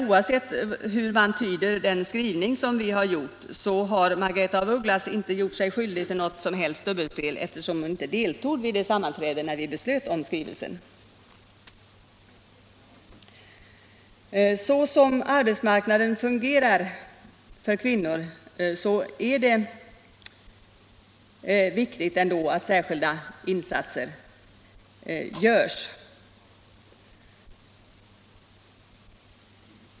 Oavsett hur man tyder vår skrivning så har Margaretha af Ugglas inte gjort sig skyldig till något som helst dubbelspel, eftersom hon inte deltog i det sammanträde där vi beslöt om skrivelsen. Så som arbetsmarknaden fungerar för kvinnorna är det viktigt att särskilda insatser görs.